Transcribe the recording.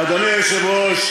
אדוני היושב-ראש,